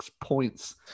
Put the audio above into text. points